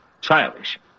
Childish